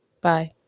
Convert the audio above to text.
bye